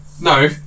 No